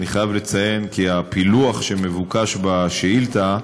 אני חייב לציין כי הפילוח שמבוקש בשאילתה,